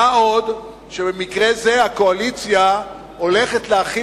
מה גם שבמקרה זה הקואליציה הולכת להחיל